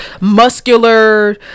muscular